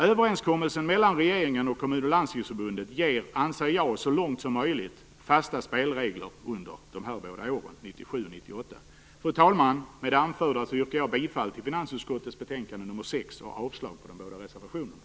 Överenskommelsen mellan regeringen och Kommun och Landstingsförbunden anser jag så långt som möjligt ger fasta spelregler under de här båda åren, 1997 och 1998. Fru talman! Med det anförda yrkar jag bifall till hemställan i finansutskottets betänkande nr 6 och avslag på de båda reservationerna.